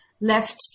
left